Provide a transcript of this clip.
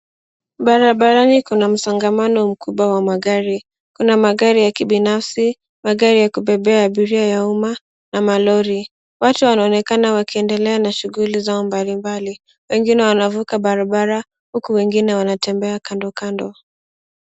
Barabarani kuna msongamano mkubwa wa magari kuna magari ya kibinafsi magari ya kubebea abiria ya umma na malori watu wanaonekana wakiendelea na shughuli zao mbali mbali wengine wanavuka bara bara huku wengine wanatembea kando kando.